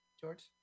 George